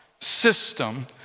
system